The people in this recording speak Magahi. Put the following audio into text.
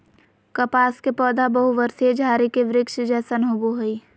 कपास के पौधा बहुवर्षीय झारी के वृक्ष जैसन होबो हइ